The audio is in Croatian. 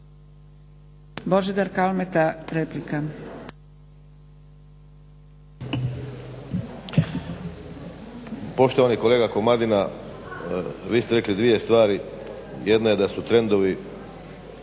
Božidar (HDZ)** Poštovani kolega Komadina, vi ste rekli dvije stvari jedna je da su trendovi